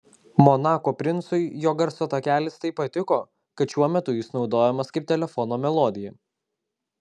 monako princui jo garso takelis taip patiko kad šiuo metu jis naudojamas kaip telefono melodija